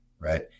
right